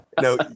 No